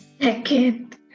second